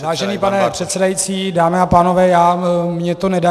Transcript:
Vážený pane předsedající, dámy a pánové, mně to nedá.